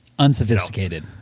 Unsophisticated